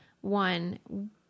one